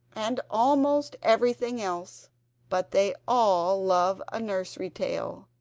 and almost everything else but they all love a nursery tale.